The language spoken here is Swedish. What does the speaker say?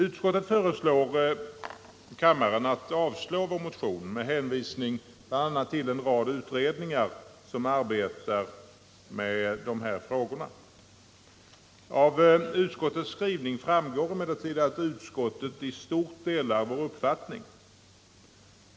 Utskottet föreslår kammaren att avslå vår motion med hänvisning bl.a. till en rad utredningar, som arbetar med dessa frågor. Av utskottets skrivning framgår emellertid att utskottet i stort delar vår uppfattning.